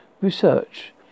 Research